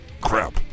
Crap